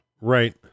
Right